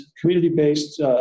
community-based